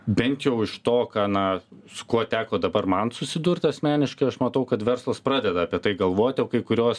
bent jau iš to ką na su kuo teko dabar man susidurt asmeniškai aš matau kad verslas pradeda apie tai galvot jau kai kurios